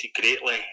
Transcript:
greatly